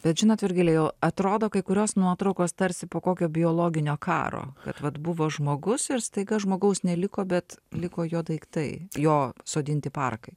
bet žinot virgilijau atrodo kai kurios nuotraukos tarsi po kokio biologinio karo kad vat buvo žmogus ir staiga žmogaus neliko bet liko jo daiktai jo sodinti parkai